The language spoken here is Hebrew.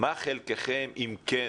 הופרדו ממשרד החינוך,